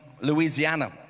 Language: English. Louisiana